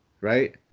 right